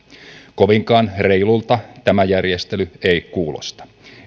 kovinkaan reilulta tämä järjestely ei kuulosta